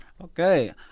Okay